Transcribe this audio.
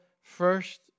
first